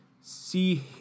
see